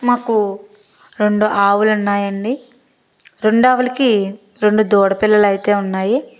మాకు రెండు ఆవులు ఉన్నాయండి రెండు ఆవులకి రెండు దూడ పిల్లలైతే ఉన్నాయి